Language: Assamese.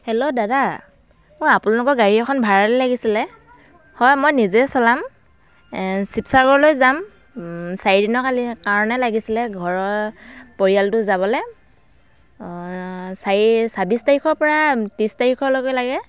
হেল্ল' দাদা অঁ আপোনালোকৰ গাড়ী এখন ভাড়ালৈ লাগিছিলে হয় মই নিজেই চলাম শিৱসাগৰলৈ যাম চাৰিদিনৰ কালি কাৰণে লাগিছিলে ঘৰৰ পৰিয়ালটো যাবলৈ চাৰি ছাব্বিছ তাৰিখৰপৰা ত্ৰিছ তাৰিখলৈকে লাগে